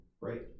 right